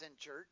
church